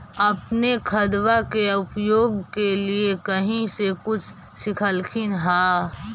अपने खादबा के उपयोग के लीये कही से कुछ सिखलखिन हाँ?